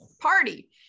party